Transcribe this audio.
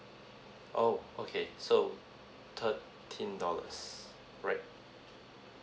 oh okay so thirteen dollars right